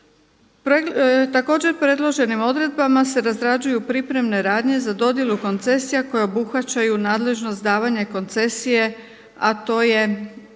Također predloženim odredbama se razrađuju pripremne radnje za dodjelu koncesija koje obuhvaćaju nadležnost davanja koncesije, a to je